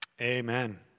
Amen